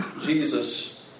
Jesus